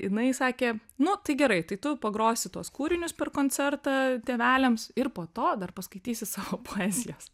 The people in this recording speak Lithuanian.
inai sakė nu tai gerai tai tu pagrosi tuos kūrinius per koncertą tėveliams ir po to dar paskaitysi savo poezijos